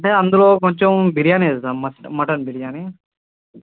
అంటే అందులో కొంచెం బిర్యానీ ఏద్దాం మటన్ బిర్యానీ